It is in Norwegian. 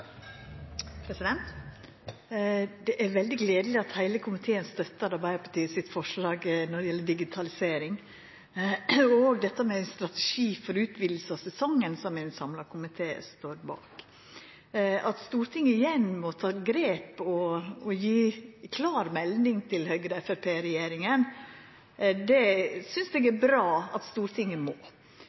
veldig gledeleg at heile komiteen støttar Arbeidarpartiets forslag når det gjeld digitalisering – òg dette med ein strategi for utviding av sesongen, som ein samla komité står bak. At Stortinget igjen må ta grep og gje klar melding til Høgre–Framstegsparti-regjeringa, synest eg det er bra at Stortinget må.